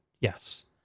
yes